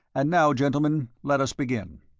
and now, gentlemen, let us begin.